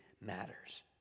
matters